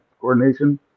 coordination